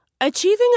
Achieving